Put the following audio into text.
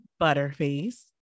Butterface